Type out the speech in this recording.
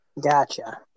Gotcha